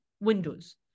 windows